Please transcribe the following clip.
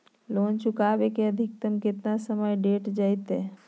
Loan चुकाबे के अधिकतम केतना समय डेल जयते?